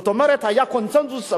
זאת אומרת, היה קונסנזוס.